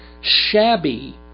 shabby